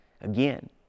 again